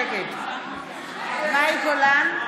נגד מאי גולן,